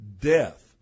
death